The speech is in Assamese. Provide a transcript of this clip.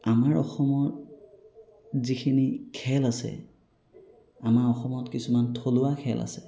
আমাৰ অসমত যিখিনি খেল আছে আমাৰ অসমত কিছুমান থলুৱা খেল আছে